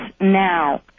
now